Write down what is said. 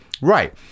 Right